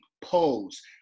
pose